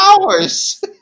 hours